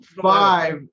five